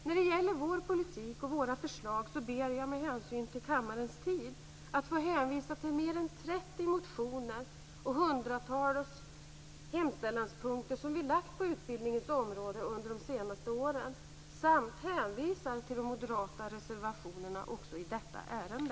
När det gäller vår politik och våra förslag ber jag med hänsyn till kammarens tid att få hänvisa till våra mer än 30 motioner och hundratals hemställanspunkter på utbildningens område som vi lagt under de senaste åren samt de moderata reservationerna också i detta ärende.